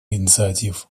инициатив